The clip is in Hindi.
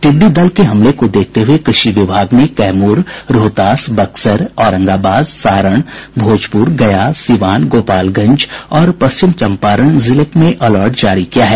टिड्डी दल के हमले को देखते हुए कृषि विभाग ने कैमूर रोहतास बक्सर औरंगाबाद सारण भोजपुर गया सीवान गोपालगंज और पश्चिम चंपारण जिले में अलर्ट जारी किया है